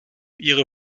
ihre